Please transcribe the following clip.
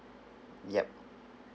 yup